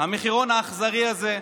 המחירון האכזרי הזה,